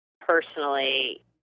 personally